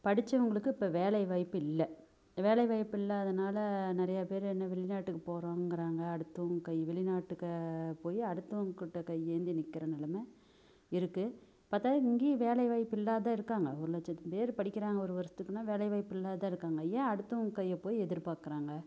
படிச்சவங்களுக்கு இப்போ வேலைவாய்ப்பு இல்லை வேலைவாய்ப்பு இல்லாதனால் நிறைய பேர் என்ன வெளிநாட்டுக்கு போறோங்கிறாங்க அடுத்தவங்க கை வெளிநாட்டுக்கு போய் அடுத்தவங்ககிட்ட கையேந்தி நிற்கிற நிலம இருக்குது பத்தாததுக்கு இங்கேயும் வேலைவாய்ப்பு இல்லாது இருக்காங்க ஒரு லட்சம் பேர் படிக்கிறாங்க ஒரு வருஷத்துக்குனா வேலைவாய்ப்பு இல்லாததான் இருக்காங்க ஏன் அடுத்தவங்க கையை போய் எதிர்பாக்குறாங்க